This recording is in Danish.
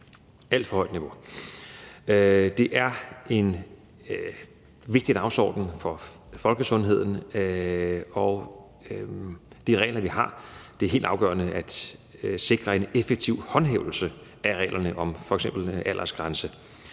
alt for højt niveau. Det er en vigtig dagsorden for folkesundheden, og det er helt afgørende at sikre en effektiv håndhævelse af reglerne om f.eks. aldersgrænser,